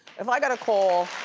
if i got a call,